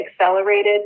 accelerated